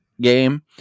game